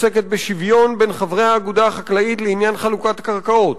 העוסקת בשוויון בין חברי האגודה החקלאית לעניין חלוקת הקרקעות,